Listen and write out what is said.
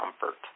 comfort